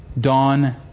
dawn